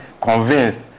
convinced